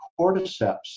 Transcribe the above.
cordyceps